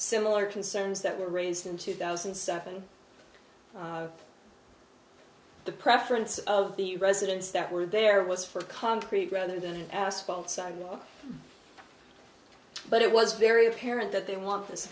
similar concerns that were raised in two thousand and seven the preference of the residents that were there was for concrete rather than asphalt sidewalk but it was very apparent that they want this